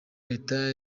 leta